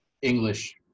English